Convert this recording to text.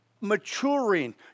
maturing